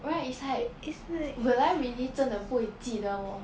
right is like will I really 真的不会记得我